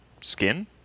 skin